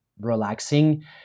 relaxing